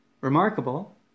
remarkable